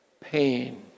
pain